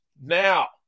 now